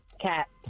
Cat